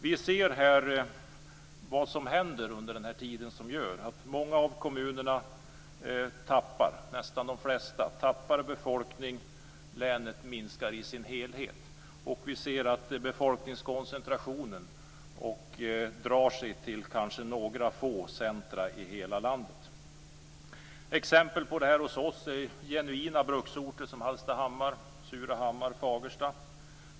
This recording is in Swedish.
Vi ser vad som händer under den här tiden som gör att många av kommunerna tappar befolkning, nästan de flesta. Länet minskar i sin helhet. Vi ser att befolkningskoncentrationen drar sig till några få centrum i hela landet. Exempel på detta är hos oss genuina bruksorter som Hallstahammar, Surahammar och Fagersta.